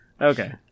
Okay